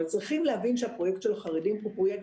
אבל צריכים להבין שהפרויקט של החרדים הוא פרויקט